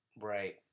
Right